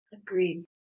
Agreed